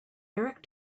eric